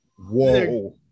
whoa